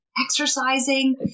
Exercising